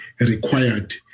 required